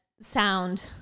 sound